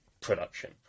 production